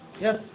yes